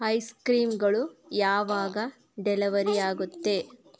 ಐಸ್ಕ್ರೀಂಗಳು ಯಾವಾಗ ಡೆಲೆವರಿ ಆಗುತ್ತೆ